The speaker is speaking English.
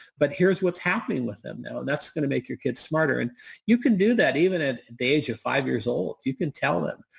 but here's what's happening with them now and that's going to make your kids smarter. and you can do that even at the age of five years old. you can tell them.